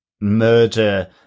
murder